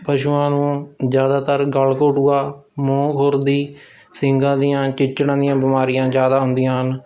ਪਸ਼ੂਆਂ ਨੂੰ ਜ਼ਿਆਦਤਰ ਗਲਘੋਟੂਆ ਮੂੰਹਖੋਰ ਦੀ ਸਿੰਗਾ ਦੀਆਂ ਚਿੱਚੜਾਂ ਦੀਆਂ ਬਿਮਾਰੀਆਂ ਜ਼ਿਆਦਾ ਹੁੰਦੀਆਂ ਹਨ